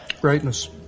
Greatness